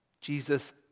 Jesus